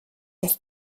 das